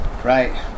Right